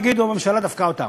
הם יגידו שהממשלה דפקה אותם.